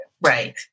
Right